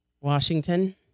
Washington